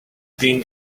been